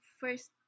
first